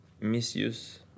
misuse